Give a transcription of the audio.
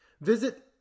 Visit